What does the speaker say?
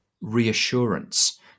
reassurance